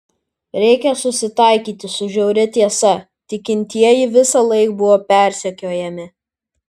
reikia susitaikyti su žiauria tiesa tikintieji visąlaik buvo persekiojami